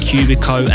Cubico